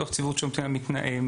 נציבות שירות המדינה,